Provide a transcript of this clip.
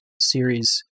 series